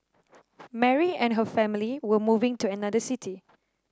Mary and her family were moving to another city